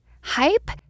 Hype